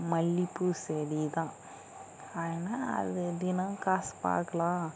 மல்லிகைப்பூ செடிதான் ஆனால் அது தினம் காசு பார்க்கலாம்